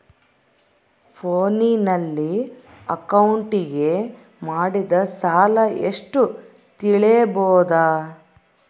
ಫೋನಿನಲ್ಲಿ ಅಕೌಂಟಿಗೆ ಮಾಡಿದ ಸಾಲ ಎಷ್ಟು ತಿಳೇಬೋದ?